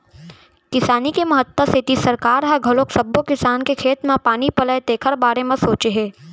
किसानी के महत्ता सेती सरकार ह घलोक सब्बो किसान के खेत म पानी पलय तेखर बारे म सोचे हे